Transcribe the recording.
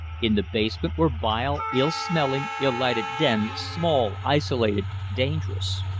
in the basement were vile, ill-smelling, ill-lighted dens, small, isolated, dangerous.